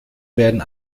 werden